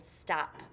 stop